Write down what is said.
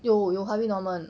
有有 harvey norman